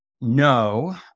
No